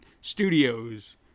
studios